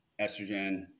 estrogen